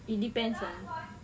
it depends kan